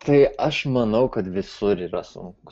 tai aš manau kad visur yra sunku